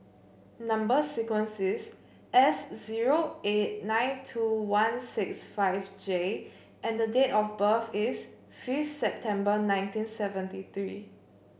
number sequence is S zero eight nine two one six five J and date of birth is fifth September nineteen seventy three